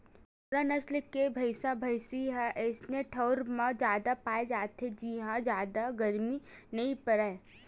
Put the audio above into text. मुर्रा नसल के भइसा भइसी ह अइसे ठउर म जादा पाए जाथे जिंहा जादा गरमी नइ परय